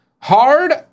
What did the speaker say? Hard